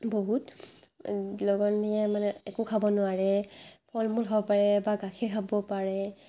বহুত লঘোণ দিয়ে মানে একো খাব নোৱাৰে ফল মূল খাব পাৰে বা গাখীৰ খাব পাৰে